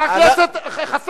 שהורסים בתים לא חוקיים?